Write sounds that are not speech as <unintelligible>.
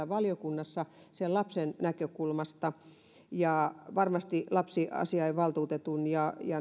<unintelligible> valiokunnassa monipuolisesti lapsen näkökulmasta varmasti myös näitä lapsiasiainvaltuutetun